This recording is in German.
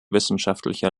wissenschaftlicher